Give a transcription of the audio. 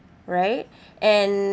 right and